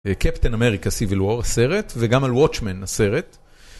קפטן אמריקה סיביל וור הסרט וגם על ווטשמן הסרט